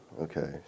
Okay